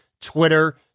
Twitter